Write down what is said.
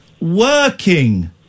working